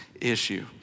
issue